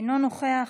אינו נוכח,